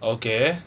okay